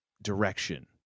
Direction